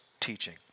teaching